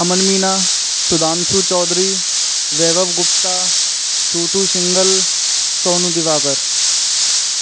Aman Meena Sudhanshu Chaudhary Vaibhav Gupta Chhotu Singhal Sonu Diwakar